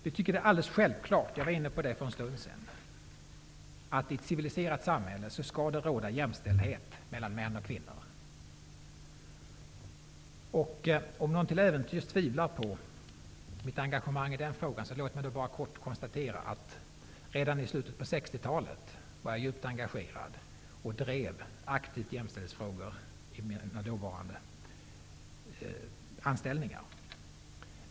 Vi tycker att det är alldeles självklart att det skall råda jämställdhet mellan män och kvinnor i ett civiliserat samhälle. Jag var inne på det för en stund sedan. Om någon till äventyrs tvivlar på mitt engagemang i den frågan vill jag bara kort konstatera att jag redan i slutet på 60-talet var djupt engagerad och drev aktivt jämställdhetsfrågor på mina dåvarande arbetsplatser.